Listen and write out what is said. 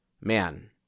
man